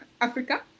Africa